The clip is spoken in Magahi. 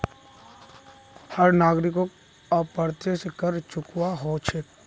हर नागरिकोक अप्रत्यक्ष कर चुकव्वा हो छेक